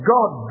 God